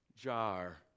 jar